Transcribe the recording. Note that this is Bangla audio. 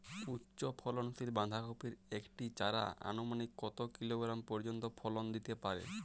উচ্চ ফলনশীল বাঁধাকপির একটি চারা আনুমানিক কত কিলোগ্রাম পর্যন্ত ফলন দিতে পারে?